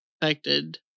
affected